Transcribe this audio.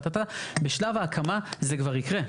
בשלב ההקמה זה כבר יקרה.